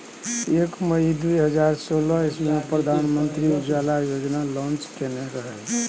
एक मइ दु हजार सोलह इस्बी मे प्रधानमंत्री उज्जवला योजना लांच केने रहय